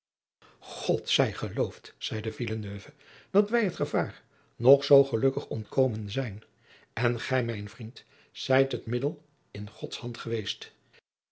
god zij geloofd zeide villeneuve dat wij het gevaar nog zoo gelukadriaan loosjes pzn het leven van maurits lijnslager kig ontkomen zijn en gij mijn vriend zijt het middel in gods hand geweest